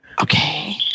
Okay